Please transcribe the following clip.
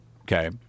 Okay